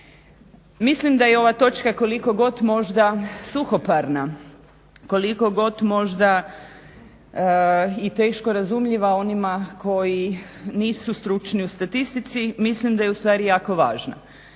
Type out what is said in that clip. Mislim da je ova točka koliko god možda suhoparna, koliko god možda i teško razumljiva onima koji nisu stručni u statistici, mislim da je u stvari jako važna,